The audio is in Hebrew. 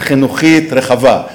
מעטפת חינוכית רחבה.